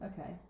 Okay